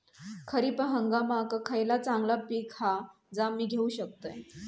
खरीप हंगामाक खयला चांगला पीक हा जा मी घेऊ शकतय?